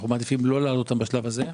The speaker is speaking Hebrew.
אנחנו מעדיפים לא להעלות אותן בשלב הזה,